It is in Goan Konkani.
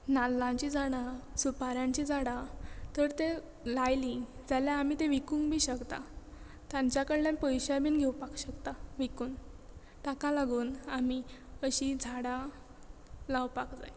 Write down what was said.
नाल्लांची झाडां सुपारांची झाडां तर ते लायली जाल्यार आमी तें विकूंक बी शकता तांच्या कडल्यान पयशे बीन घेवपाक शकता विकून ताका लागून आमी अशी झाडां लावपाक जाय